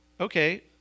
okay